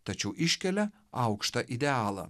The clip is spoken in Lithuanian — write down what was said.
tačiau iškelia aukštą idealą